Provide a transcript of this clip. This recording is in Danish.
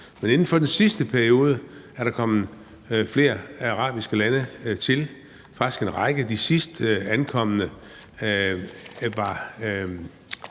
men inden for den sidste periode er der kommet flere arabiske lande til – faktisk en række – og blandt de sidst ankomne var